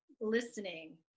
listening